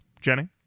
Jenny